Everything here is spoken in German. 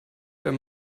wenn